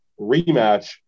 rematch